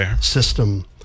system